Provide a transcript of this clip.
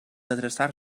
adreçar